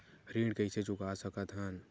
ऋण कइसे चुका सकत हन?